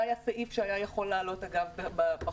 זה היה סעיף שיכול לעלות בחוק,